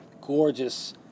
gorgeous